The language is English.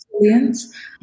resilience